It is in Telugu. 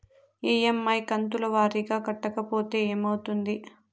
ఇ.ఎమ్.ఐ కంతుల వారీగా కట్టకపోతే ఏమవుతుంది?